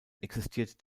existiert